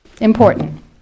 Important